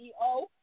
CEO